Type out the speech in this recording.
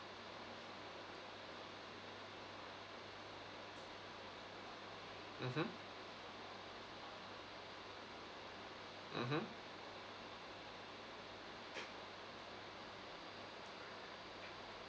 mmhmm mmhmm